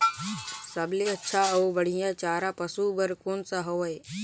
सबले अच्छा अउ बढ़िया चारा पशु बर कोन सा हवय?